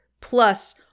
plus